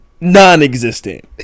Non-existent